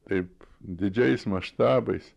taip didžiais maštabais